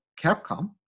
Capcom